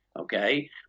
okay